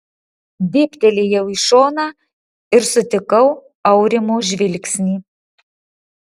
dėbtelėjau į šoną ir sutikau aurimo žvilgsnį